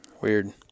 Weird